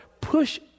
push